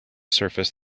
surface